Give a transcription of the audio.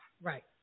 right